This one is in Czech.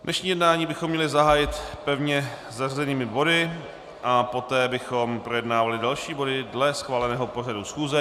Dnešní jednání bychom měli zahájit pevně zařazenými body a poté bychom projednávali další body dle schváleného pořadu schůze.